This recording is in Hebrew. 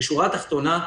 בשורה התחתונה,